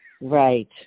Right